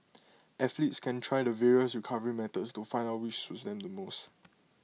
athletes can try the various recovery methods to find out which suits them the most